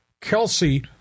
Kelsey